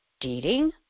dating